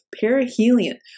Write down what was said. perihelion